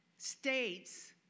states